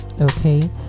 Okay